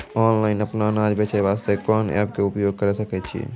Online अपनो अनाज बेचे वास्ते कोंन एप्प के उपयोग करें सकय छियै?